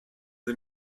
sie